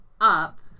up